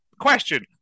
question